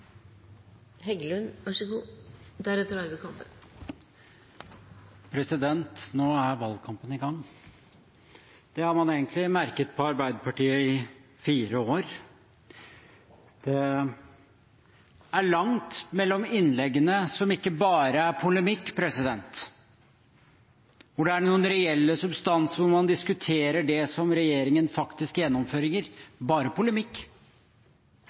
valgkampen i gang. Det har man egentlig merket på Arbeiderpartiet i fire år. Det er langt mellom innleggene som ikke bare er polemikk, hvor det er reell substans, og hvor man diskuterer det som regjeringen faktisk gjennomfører. Det er bare polemikk